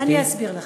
אני אסביר לכם.